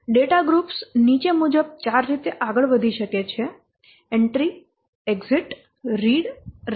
data groups નીચે મુજબ ચાર રીતે આગળ વધી શકે છે એન્ટ્રી એક્ઝીટ રીડ રાઈટ